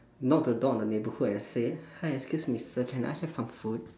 knock the door on the neighbourhood and say hi excuse me sir can I have some food